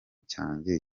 cyanjye